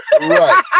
Right